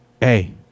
Hey